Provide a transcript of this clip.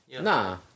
Nah